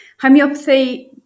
homeopathy